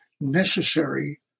necessary